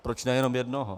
Proč ne jenom jednoho.